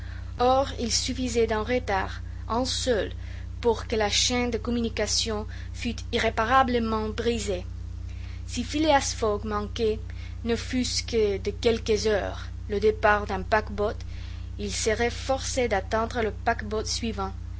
or il suffisait d'un retard un seul pour que la chaîne de communications fût irréparablement brisée si phileas fogg manquait ne fût-ce que de quelques heures le départ d'un paquebot il serait forcé d'attendre le paquebot suivant